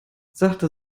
sachte